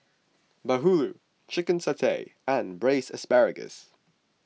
Bahulu Chicken Satay and Braised Asparagus